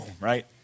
right